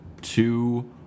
two